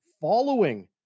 following